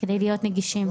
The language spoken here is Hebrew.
כדי להיות נגישים.